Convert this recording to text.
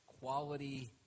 quality